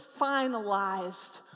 finalized